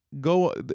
go